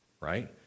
right